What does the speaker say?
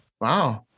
wow